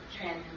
trans